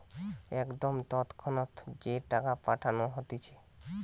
একদম তৎক্ষণাৎ যে টাকা পাঠানো হতিছে